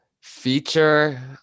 Feature